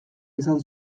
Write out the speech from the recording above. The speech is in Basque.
izan